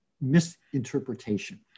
misinterpretation